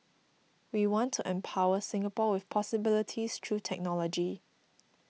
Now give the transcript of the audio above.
we want to empower Singapore with possibilities through technology